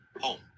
home